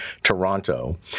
Toronto